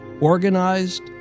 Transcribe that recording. organized